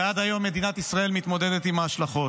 ועד היום מדינת ישראל מתמודדת עם ההשלכות.